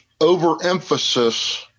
overemphasis